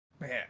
man